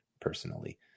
personally